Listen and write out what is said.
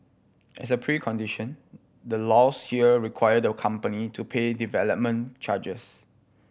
as a precondition the laws here require the company to pay development charges